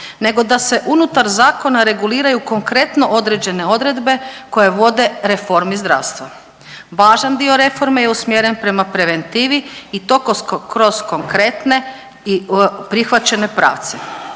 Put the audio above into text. nego da se unutar zakona reguliraju konkretno određene odredbe koje vode reformi zdravstva. Važan dio reforme je usmjeren prema preventivi i to kroz konkretne i prihvaćene pravce.